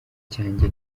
cyanjye